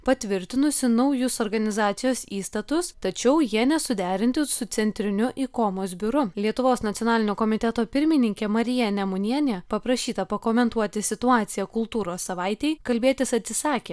patvirtinusi naujus organizacijos įstatus tačiau jie nesuderinti su centriniu ikomos biuru lietuvos nacionalinio komiteto pirmininkė marija nemunienė paprašyta pakomentuoti situaciją kultūros savaitei kalbėtis atsisakė